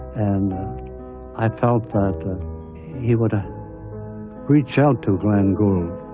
and i felt that that he would reach out to glenn gould,